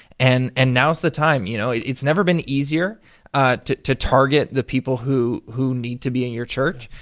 and and now's the time, you know. it's never been easier to to target the people who who need to be in your church,